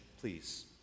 please